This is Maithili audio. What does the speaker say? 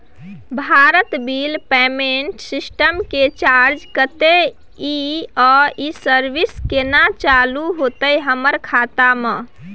भारत बिल पेमेंट सिस्टम के चार्ज कत्ते इ आ इ सर्विस केना चालू होतै हमर खाता म?